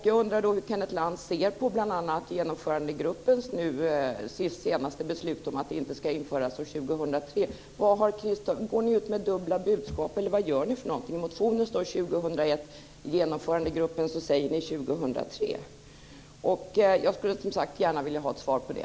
Jag undrar då hur Kenneth Lantz ser på bl.a. Genomförandegruppens senaste beslut om att införandet inte ska ske förrän år 2003. Går ni ut med dubbla budskap? I motionen står det år 2001, i Genomförandegruppen säger ni år 2003. Jag skulle som sagt gärna vilja ha ett svar på det.